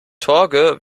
torge